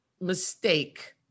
mistake